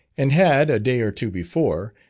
and had, a day or two before,